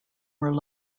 were